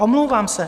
Omlouvám se.